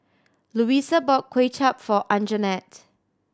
Luisa bought Kway Chap for Anjanette